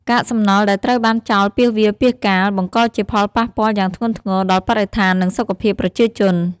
កាកសំណល់ដែលត្រូវបានចោលពាសវាលពាសកាល បង្កជាផលប៉ះពាល់យ៉ាងធ្ងន់ធ្ងរដល់បរិស្ថាន និងសុខភាពប្រជាជន។